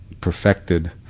perfected